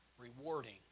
rewarding